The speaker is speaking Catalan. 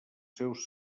seus